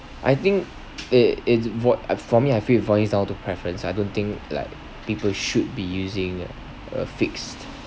I think it it's boi~ I for me I feel boils down to preference I don't think like people should be using a fixed